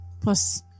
plus